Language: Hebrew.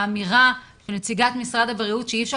האמירה של נציגת משרד הבריאות שאי אפשר